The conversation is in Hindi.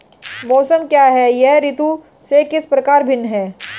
मौसम क्या है यह ऋतु से किस प्रकार भिन्न है?